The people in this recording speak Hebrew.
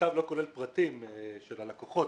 המכתב לא כולל פרטים של הלקוחות,